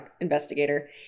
investigator